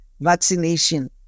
Vaccination